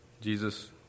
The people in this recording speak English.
Jesus